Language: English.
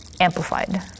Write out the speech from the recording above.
Amplified